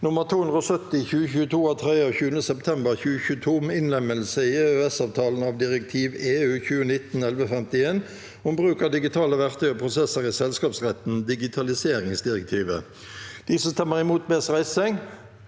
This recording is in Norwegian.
nr. 270/2022 av 23. september 2022 om innlemmelse i EØS-avtalen av direktiv (EU) 2019/1151 om bruk av digitale verktøy og prosesser i selskapsretten (digitaliseringsdirektivet). V o t e r i n